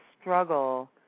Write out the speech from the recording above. struggle